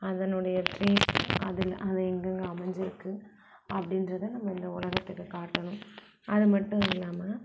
அதனுடைய ட்ரீஸ் அதில் அது எங்கெங்க அமைஞ்சிருக்கு அப்படின்றத நம்ம இந்த உலகத்துக்கு காட்டணும் அது மட்டும் இல்லாமல்